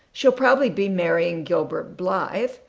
she'll probably be marrying gilbert blythe,